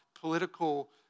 political